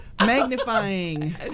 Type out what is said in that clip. Magnifying